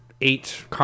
eight